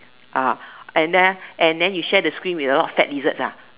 ah and then and then you share the screen with a lot of step lizards lah